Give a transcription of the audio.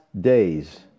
days